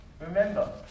Remember